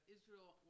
Israel